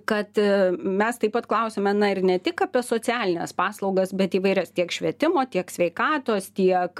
kad mes taip pat klausėme na ir ne tik apie socialines paslaugas bet įvairias tiek švietimo tiek sveikatos tiek